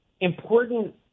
important